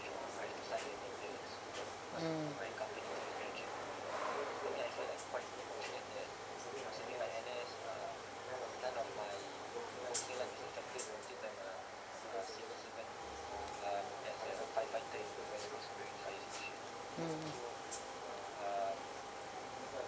mm mm